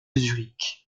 zurich